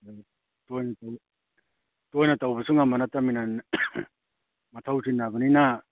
ꯇꯣꯏꯅ ꯇꯧꯕ ꯇꯣꯏꯅ ꯇꯧꯕꯁꯨ ꯉꯝꯕ ꯅꯠꯇꯃꯤꯅꯅꯦ ꯃꯊꯧ ꯆꯤꯟꯅꯕꯅꯤꯅ